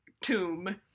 tomb